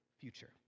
future